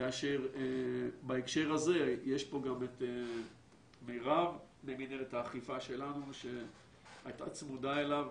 כאשר בהקשר הזה יש פה גם את מירב ממנהלת האכיפה שלנו שהייתה צמודה אליו